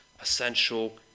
essential